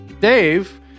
Dave